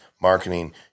marketing